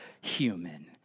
human